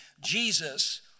Jesus